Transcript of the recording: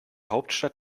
hauptstadt